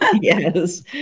Yes